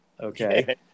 Okay